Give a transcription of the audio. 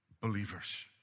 believers